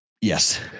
Yes